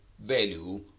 value